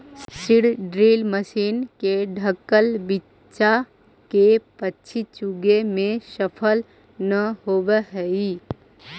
seed drill machine से ढँकल बीचा के पक्षी चुगे में सफल न होवऽ हई